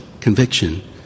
conviction